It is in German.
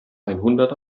einhundert